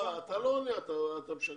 אתה יודע